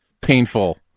painful